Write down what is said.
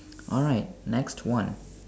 alright next one